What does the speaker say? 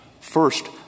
First